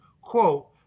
quote